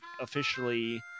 officially